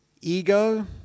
Ego